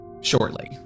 shortly